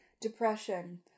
Depression